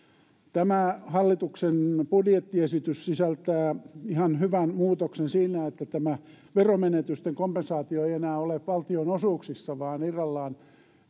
tämä hallituksen budjettiesitys sisältää ihan hyvän muutoksen siinä että tämä veromenetysten kompensaatio ei enää ole valtionosuuksissa vaan irrallaan